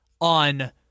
on